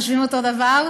חושבים אותו דבר,